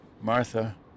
Martha